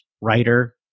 writer